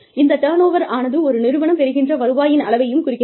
இந்த turnover ஆனது ஒரு நிறுவனம் பெறுகின்ற வருவாயின் அளவையும் குறிக்கிறது